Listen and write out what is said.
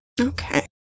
okay